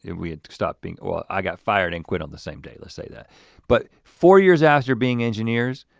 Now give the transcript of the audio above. and we had stopped being, well, i got fired and quit on the same day let's say that but four years after being engineers,